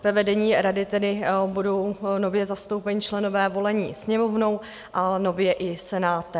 Ve vedení rady tedy budou nově zastoupeni členové volení Sněmovnou a nově i Senátem.